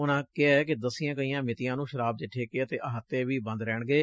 ਉਨਾਂ ਕਿਹੈ ਕਿ ਦੱਸੀਆਂ ਗਈਆਂ ਮਿਤੀਆਂ ਨੂੰ ਸ਼ਰਾਬ ਦੇ ਠੇਕੇ ਅਤੇ ਅਹਾਤੇ ਵੀ ਬੰਦ ਰਹਿਣਗੇ